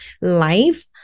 life